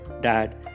dad